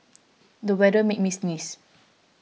the weather made me sneeze